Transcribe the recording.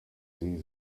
sie